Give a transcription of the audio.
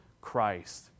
Christ